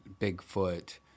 Bigfoot